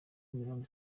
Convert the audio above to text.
mirongo